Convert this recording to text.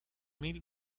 mil